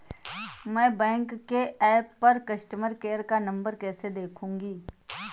मैं बैंक के ऐप पर कस्टमर केयर का नंबर कैसे देखूंगी?